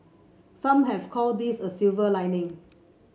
some have called this a silver lining